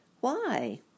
Why